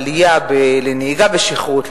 לעלייה בנהיגה בשכרות,